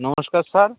নমস্কার স্যার